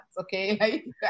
Okay